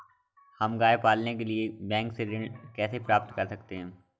हम गाय पालने के लिए बैंक से ऋण कैसे प्राप्त कर सकते हैं?